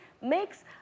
makes